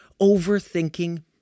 overthinking